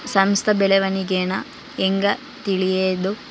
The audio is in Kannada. ಸಂಸ್ಥ ಬೆಳವಣಿಗೇನ ಹೆಂಗ್ ತಿಳ್ಯೇದು